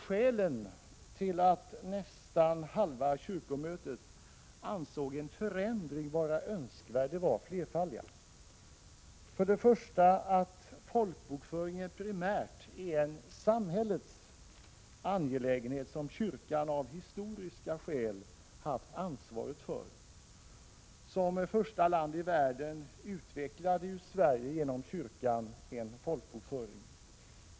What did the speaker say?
Skälen till att nästan halva kyrkomötet ansåg en förändring vara önskvärd var flera. För det första är folkbokföringen primärt en samhällets angelägenhet som kyrkan av historiska skäl haft ansvaret för. Som första land i världen utvecklade Sverige genom kyrkan en folkbokföring.